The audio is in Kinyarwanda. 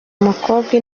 mukobwa